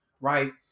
right